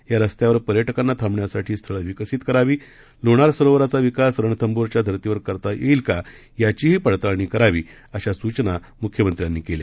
या रस्त्यावर पर्यटकांना थांबण्यासाठी स्थळं विकसित करावी लोणार सरोवराचा विकास रणथंबोरच्या धर्तीवर करता येईल का याचीही पडताळणी करावी अशा सूचना म्ख्यमंत्र्यांनी केल्या